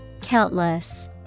Countless